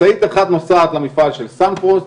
משאית אחת נוסעת למפעל של סנפרוסט,